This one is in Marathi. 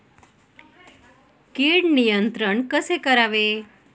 कीड नियंत्रण कसे करावे?